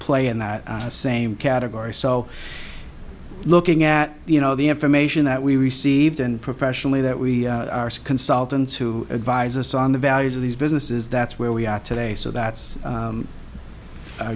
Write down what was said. play in that same category so looking at you know the information that we received and professionally that we consultants who advise us on the values of these businesses that's where we are today so that's